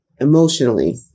emotionally